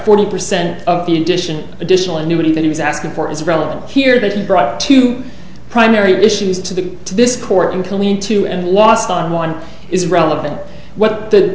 forty percent of the addition additional annuity that he was asking for is irrelevant here that he brought to primary issues to the to this court and to lean to and lost on one is relevant what th